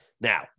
Now